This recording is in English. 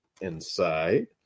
inside